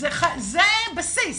חד-משמעית, זה בסיס.